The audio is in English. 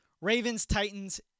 Ravens-Titans